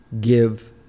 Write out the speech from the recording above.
give